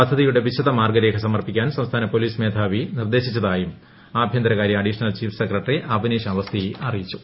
പദ്ധതിയുടെ വിശദ മാർഗ്ഗരേഖ സമർപ്പിക്കാൻ സംസ്ഥാന പോലീസ് മേധാവി നിർദ്ദേശം നൽകിയതായും ആഭ്യന്തര കാര്യ additional chief secretary Awanish Awasthi അറിയിച്ചു